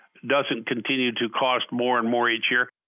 doesn't continue to cost more and more each year?